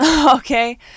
Okay